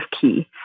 key